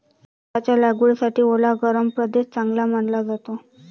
चहाच्या लागवडीसाठी ओला गरम प्रदेश चांगला मानला जातो